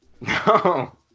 No